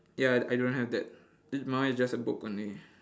ya I I don't have that my one is just a book only